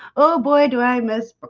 oh boy, do i miss? but